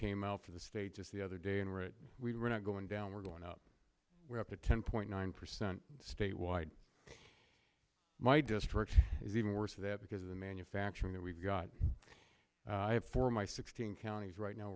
came out for the state just the other day and we're not going down we're going up we're up to ten point nine percent statewide in my district is even worse that because of the manufacturing that we've got i have for my sixteen counties right now